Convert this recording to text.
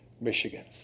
Michigan